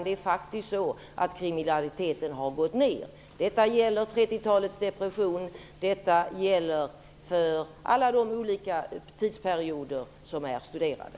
Det är faktiskt så att kriminaliteten har gått ner. Detta gäller för 30-talets depression och för alla de olika tidsperioder som är studerade.